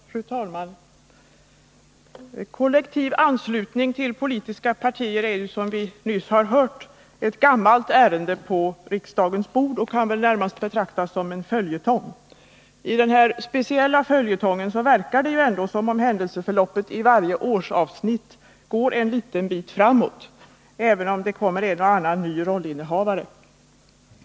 Fru talman! Frågan om kollektiv anslutning till politiskt parti är, som vi nyss hörde, ett gammalt ärende på riksdagens bord och kan väl närmast betraktas som en följetong. I den här speciella följetongen verkar det som om händelseförloppet i varje årsavsnitt går en liten bit framåt, även om det kommer en och annan ny rollinnehavare.